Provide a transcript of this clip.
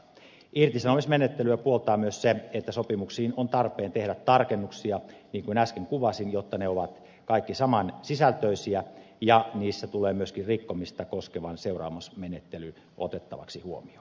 irtisanomismenettelyä puoltaa myös se että sopimuksiin on tarpeen tehdä tarkennuksia niin kuin äsken kuvasin jotta ne ovat kaikki saman sisältöisiä ja niissä tulee myöskin rikkomista koskeva seuraamusmenettely otettavaksi huomioon